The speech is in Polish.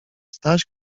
staś